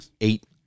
eight